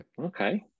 okay